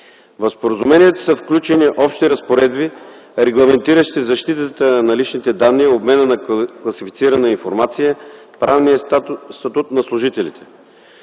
В споразумението са включени общи разпоредби, регламентиращи защитата на личните данни, обмена на класифицирана информация, правния статут на служителите.